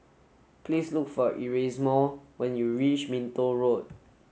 please look for Erasmo when you reach Minto Road